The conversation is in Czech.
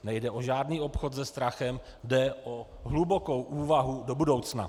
Nejde o žádný obchod se strachem, jde o hlubokou úvahu do budoucna.